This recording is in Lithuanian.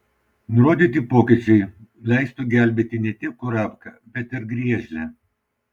nurodyti pokyčiai leistų gelbėti ne tik kurapką bet ir griežlę